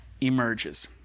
emerges